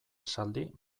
esaldi